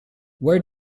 where